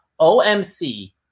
OMC